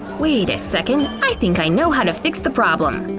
wait a second, i think i know how to fix the problem.